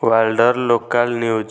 ୱାର୍ଲ୍ଡ୍ର local news